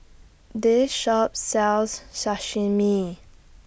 This Shop sells Sashimi